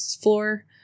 floor